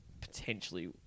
potentially